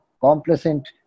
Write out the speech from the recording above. complacent